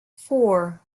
four